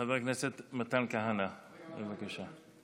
חבר הכנסת מתן כהנא, בבקשה.